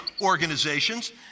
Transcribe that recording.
organizations